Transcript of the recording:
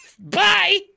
Bye